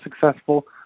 successful